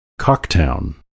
Cocktown